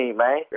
man